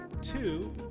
Two